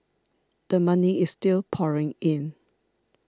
the money is still pouring in